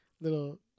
little